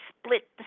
split